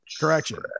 correction